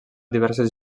diverses